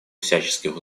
всяческих